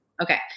Okay